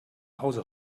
hause